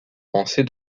pensée